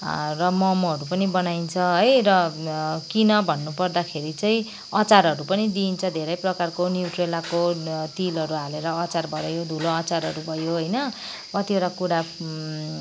र मोमोहरू पनि बनाइन्छ है र किन भन्नु पर्दाखेरि चाहिँ अचारहरू पनि दिइन्छ धेरै प्रकारको न्युट्रेलाको तिलहरू हालेर अचार भयो धुलो अचारहरू भयो हैन कतिवटा कुरा